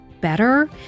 better